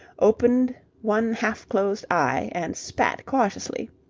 opened one half-closed eye and spat cautiously.